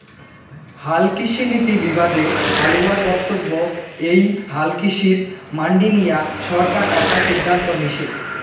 হালকৃষিনীতি বিবাদে হালুয়ার বক্তব্য এ্যাই হালকৃষিত মান্ডি নিয়া সরকার একা সিদ্ধান্ত নিসে